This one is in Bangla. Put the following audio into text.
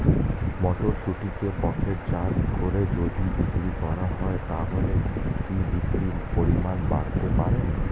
মটরশুটিকে প্যাকেটজাত করে যদি বিক্রি করা হয় তাহলে কি বিক্রি পরিমাণ বাড়তে পারে?